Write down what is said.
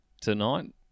tonight